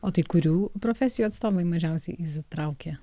o tai kurių profesijų atstovai mažiausiai įsitraukia